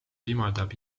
võimaldab